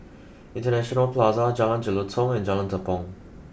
International Plaza Jalan Jelutong and Jalan Tepong